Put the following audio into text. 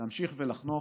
להמשיך ולחנוך.